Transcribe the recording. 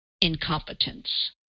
incompetence